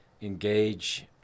engage